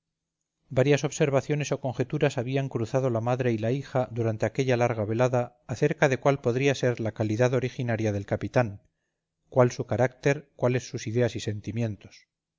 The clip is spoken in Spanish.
varias observaciones o conjeturas habían cruzado la madre y la hija durante aquella larga velada acerca de cuál podría ser la calidad originaria del capitán cuál su carácter cuáles sus ideas y sentimientos